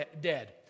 dead